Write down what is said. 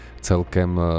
celkem